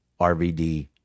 RVD